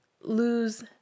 lose